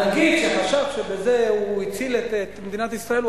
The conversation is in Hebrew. הנגיד, שחשב שבזה הוא הציל את מדינת ישראל,